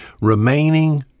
remaining